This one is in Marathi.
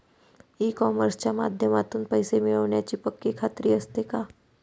ई कॉमर्सच्या माध्यमातून पैसे मिळण्याची पक्की खात्री असते का?